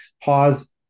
pause